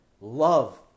Love